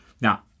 Now